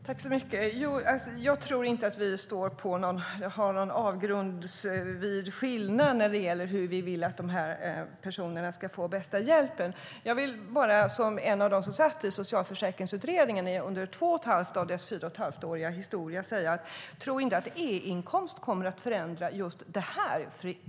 Herr talman! Jag tror inte att vi har någon avgrundsskillnad mellan oss när det gäller hur vi vill att de här personerna ska få bäst hjälp. Men som en av dem som satt i Socialförsäkringsutredningen under två och ett halvt år av dess fyra och ett halvt år långa historia kan jag säga att jag inte tror att e-inkomst kommer att förändra just det här.